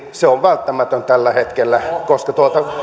se on välttämätön tällä hetkellä koska